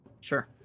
sure